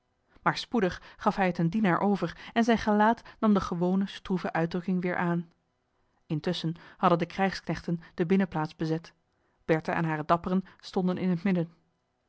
maar spoedig gaf hij het een dienaar over en zijn gelaat nam de gewone stroeve uitdrukking weer aan intusschen hadden de krijgsknechten de binnenplaats bezet bertha en hare dapperen stonden in het midden